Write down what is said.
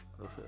okay